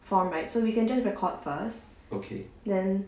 form right so we can just record first then